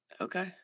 Okay